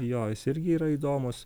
jo jis irgi yra įdomus